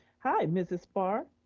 hi, ms. bar.